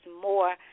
more